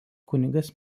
kunigas